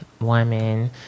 woman